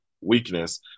weakness